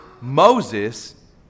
Moses